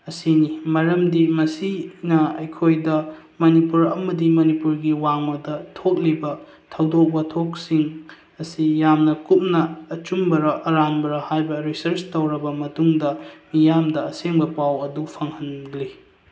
ꯑꯁꯤꯅꯤ ꯃꯔꯝꯗꯤ ꯃꯁꯤꯅ ꯑꯩꯈꯣꯏꯗ ꯃꯅꯤꯄꯨꯔ ꯑꯃꯗꯤ ꯃꯅꯤꯄꯨꯔꯒꯤ ꯋꯥꯡꯃꯗ ꯊꯣꯛꯂꯤꯕ ꯊꯧꯗꯣꯛ ꯋꯥꯊꯣꯛꯁꯤꯡ ꯑꯁꯤ ꯌꯥꯝꯅ ꯀꯨꯞꯅ ꯑꯆꯨꯝꯕꯔ ꯑꯔꯥꯟꯕꯔ ꯍꯥꯏꯕ ꯔꯤꯁꯔꯁ ꯇꯧꯔꯕ ꯃꯇꯨꯡꯗ ꯃꯤꯌꯥꯝꯗ ꯑꯁꯦꯡꯕ ꯄꯥꯎ ꯑꯗꯨ ꯐꯪꯍꯜꯂꯤ